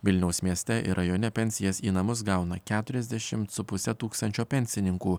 vilniaus mieste ir rajone pensijas į namus gauna keturiasdešimt su puse tūkstančio pensininkų